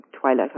Twilight